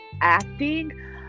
acting